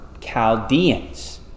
Chaldeans